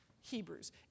Hebrews